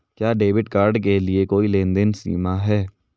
क्या debit card के लिए कोई लेनदेन सीमा है?